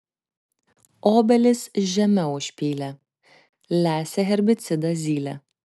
obelis žeme užpylė lesė herbicidą zylė